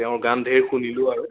তেওঁৰ গান ধেৰ শুনিলোঁ আৰু